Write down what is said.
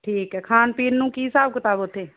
ਠੀਕ ਹੈ ਖਾਣ ਪੀਣ ਨੂੰ ਕੀ ਹਿਸਾਬ ਕਿਤਾਬ ਉੱਥੇ